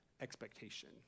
expectation